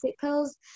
pills